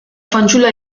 fanciulla